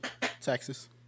Texas